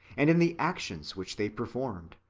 and in the actions which they performed,